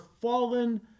fallen